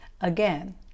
Again